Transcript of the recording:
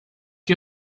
que